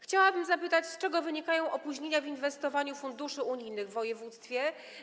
Chciałabym zapytać, z czego wynikają opóźnienia w inwestowaniu funduszy unijnych w województwie.